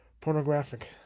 pornographic